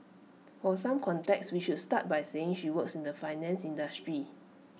for some context we should start by saying she works in the finance industry